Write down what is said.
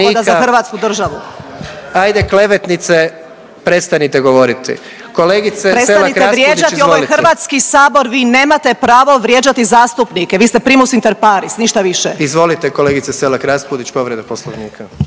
Hajde klevetnice prestanite govoriti. Kolegice Selak Raspudić izvolite.